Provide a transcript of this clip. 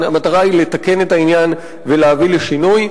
המטרה היא לתקן את העניין ולהביא לשינוי.